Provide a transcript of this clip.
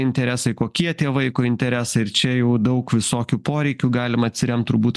interesai kokie tie vaiko interesai ir čia jau daug visokių poreikių galima atsiremt turbūt